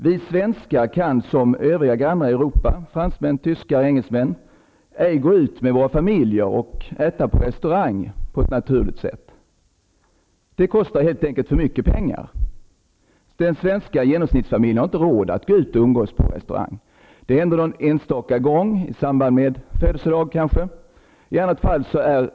Vi svenskar kan ej på ett naturligt sätt gå ut med våra familjer för att äta på restaurang som våra grannar i Europa, som fransmän, tyskar och engelsmän. Den svenska genomsnittsfamiljen har helt enkelt inte råd att gå ut och umgås på restaurang, det kostar helt enkelt för mycket pengar. Det händer någon enstaka gång kanske i samband med födelsedag att de går på restaurang.